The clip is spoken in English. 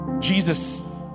Jesus